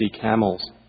camels